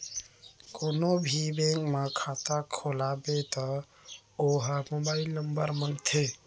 कोनो भी बेंक म खाता खोलवाबे त ओ ह मोबाईल नंबर मांगथे